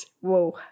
Whoa